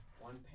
one